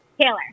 Taylor